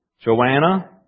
Joanna